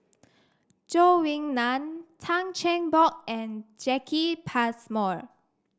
Zhou Ying Nan Tan Cheng Bock and Jacki Passmore